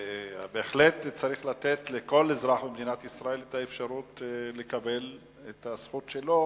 שבהחלט צריך לתת לכל אזרח במדינת ישראל את האפשרות לקבל את הזכות שלו,